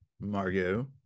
Margot